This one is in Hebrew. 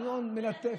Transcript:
ריאיון מלטף.